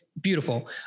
beautiful